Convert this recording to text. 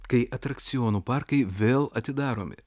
kai atrakcionų parkai vėl atidaromi